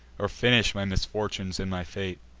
or finish my misfortunes in my fate.